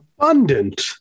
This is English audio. abundant